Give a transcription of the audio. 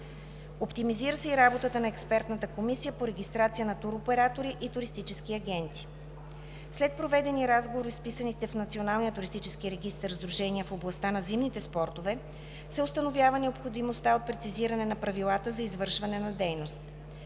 Оптимизира се и работата на Експертната комисия по регистрация на туроператори и туристически агенти. След проведени разговори с вписаните в Националния туристически регистър сдружения в областта на зимните спортове се установява необходимостта от прецизиране на правилата за извършване на дейност.